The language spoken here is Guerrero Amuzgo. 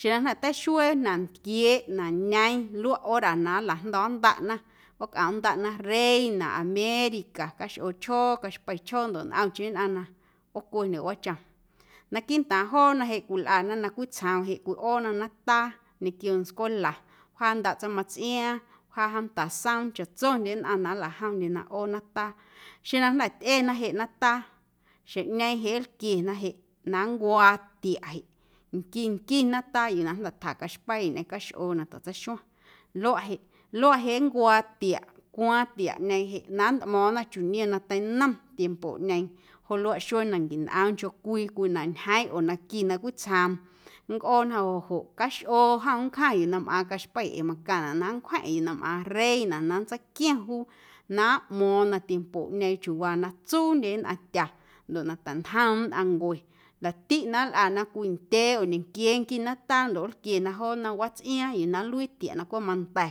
xeⁿ na jnda̱ teixuee na ntquieeꞌ na ñeeⁿ luaꞌ hora na nlajndo̱ndaꞌna ꞌoocꞌomndaꞌna reina, américa, caxꞌoochjoo, caxpeichjoo ndoꞌ ntꞌomcheⁿ nnꞌaⁿ na ꞌoocwendye wꞌaachom naquiiꞌntaaⁿ joonaꞌ jeꞌ cwilꞌana na cwitsjoom jeꞌ cwiꞌoona nataa ñequio ntscwela wjaandaꞌ tsaⁿmatsꞌiaaⁿ, wjaa jomta soom chaꞌtsondye nnꞌaⁿ na nlajomndye na ꞌoo nataa xeⁿ na jnda̱ tyꞌena jeꞌ nataa xjeⁿꞌñeeⁿ jeꞌ nlquiena jeꞌ na nncuaa tiaꞌ jeꞌ nqui nqui nataa yuu na jnda̱ tja caxpei ñꞌeⁿ caxꞌoo na tjatseixuaⁿ luaꞌ jeꞌ, luaꞌ jeꞌ nncuaa tiaꞌ cwaaⁿꞌ tiaꞌñeeⁿ jeꞌ na nntmo̱o̱ⁿna chiuu niom na teinom tiempoꞌñeeⁿ joꞌ luaꞌ xuee na nquinꞌoomncho cwii, cwii na ñjeeⁿ oo na qui na cwitsjoom nncꞌoona joꞌ joꞌ caxꞌoo jom nncjaⁿ yuu na mꞌaaⁿ caxpei ee macaⁿnaꞌ na nncwjeⁿꞌeⁿ yuu na mꞌaaⁿ reina na nntseiquiom juu na nꞌmo̱o̱ⁿ na tiempoꞌñeeⁿ chiuuwaa na tsundye nnꞌaⁿtya ndoꞌ na taꞌntjom nnꞌaⁿncue laꞌtiꞌ na nlꞌana cwindyee oo nquiee nqui nataa ndoꞌ nlquiena joo nnom watsꞌiaaⁿ yuu na nluii tiaꞌ na cweꞌ manda̱.